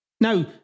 Now